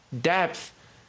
Depth